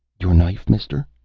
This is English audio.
your knife, mister?